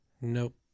Nope